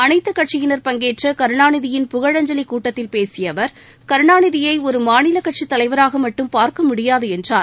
அனைத்துக் கட்சியினர் பங்கேற்றகருணாநிதியின் புகழஞ்சலிகூட்டத்தில் பேசியஅவர் கருணாநிதியைஒருமாநிலகட்சித் தலைவராகமட்டும் பார்க்கமுடியாதுஎன்றார்